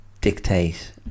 dictate